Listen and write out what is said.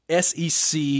SEC